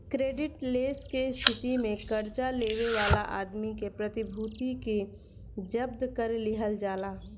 credit less के स्थिति में कर्जा लेवे वाला आदमी के प्रतिभूति के जब्त कर लिहल जाला